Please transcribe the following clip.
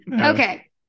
Okay